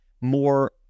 more